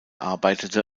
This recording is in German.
arbeitete